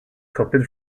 copied